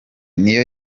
niyo